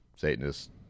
Satanist